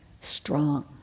strong